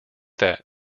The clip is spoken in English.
that